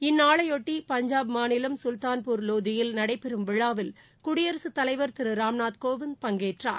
இந்நாளைபொட்டி பஞ்சாப் மாநிலம் கல்தான்பூர் வோதியில் நடைபெறும் விழாவில் குடியரகத் தலைவர் திரு ராம்நாத் கோவிந்த் பங்கேற்றார்